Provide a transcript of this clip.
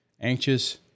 anxious